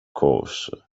course